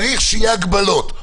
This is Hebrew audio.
צריך שיהיו הגבלות.